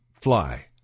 fly